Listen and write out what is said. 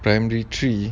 primary three